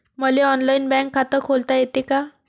मले online bank खात खोलता येते का?